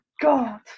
God